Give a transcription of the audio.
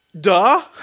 Duh